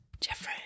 Jeffrey